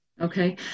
Okay